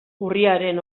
urriaren